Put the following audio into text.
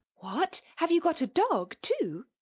what, have you got a dog too?